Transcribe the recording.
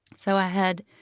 so i had,